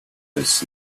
his